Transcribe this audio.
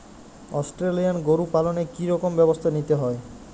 Australian গরু পালনে কি রকম ব্যবস্থা নিতে হয়?